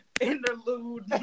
interlude